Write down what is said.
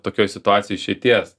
tokioj situacijoj išeities